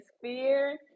fear